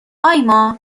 آیما